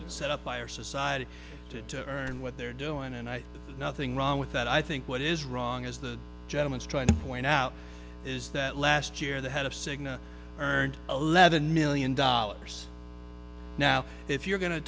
set up by our society to earn what they're doing and nothing wrong with that i think what is wrong as the gentleman is trying to point out is that last year the head of cigna earned eleven million dollars now if you're go